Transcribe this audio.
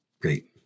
Great